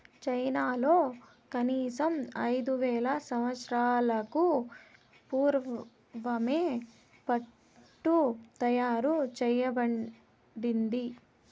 చైనాలో కనీసం ఐదు వేల సంవత్సరాలకు పూర్వమే పట్టు తయారు చేయబడింది